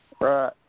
Right